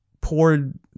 poured